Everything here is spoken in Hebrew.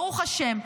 ברוך השם,